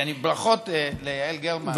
ברכות ליעל גרמן.